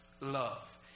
love